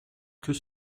queue